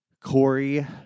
Corey